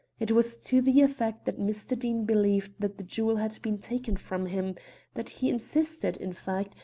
it was to the effect that mr. deane believed that the jewel had been taken from him that he insisted, in fact,